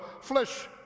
flesh